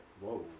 Whoa